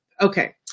Okay